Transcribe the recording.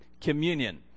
communion